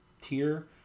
tier